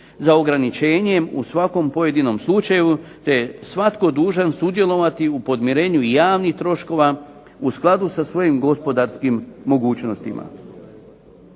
za ograničenjem u svakom pojedinom slučaju te je svatko dužan sudjelovati u podmirenju javnih troškova u skladu sa svojim gospodarskim mogućnostima.